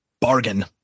Bargain